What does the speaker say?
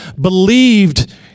believed